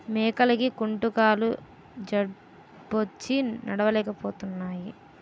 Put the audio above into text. మేకలకి కుంటుకాలు జబ్బొచ్చి నడలేపోతున్నాయి